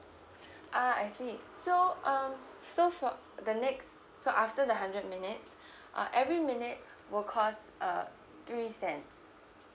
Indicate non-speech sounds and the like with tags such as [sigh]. [breath] ah I see so um so for the next so after the hundred minutes [breath] uh every minute will cost a three cent